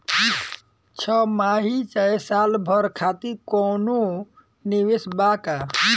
छमाही चाहे साल भर खातिर कौनों निवेश बा का?